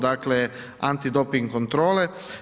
Dakle, antidoping kontrole.